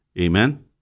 Amen